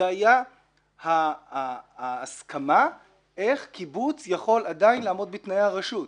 זה היה ההסכמה איך קיבוץ יכול עדיין לעמוד בתנאי הרשות,